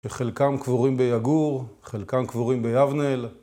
וחלקם כבורים ביגור, חלקם כבורים ביבניאל.